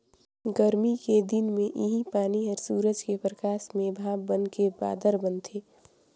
गरमी के दिन मे इहीं पानी हर सूरज के परकास में भाप बनके बादर बनथे